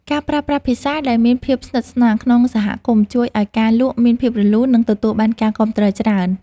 ការប្រើប្រាស់ភាសាដែលមានភាពស្និទ្ធស្នាលក្នុងសហគមន៍ជួយឱ្យការលក់មានភាពរលូន និងទទួលបានការគាំទ្រច្រើន។